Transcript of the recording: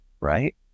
right